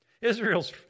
Israel's